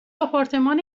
آپارتمان